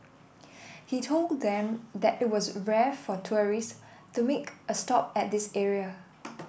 he told them that it was rare for tourists to make a stop at this area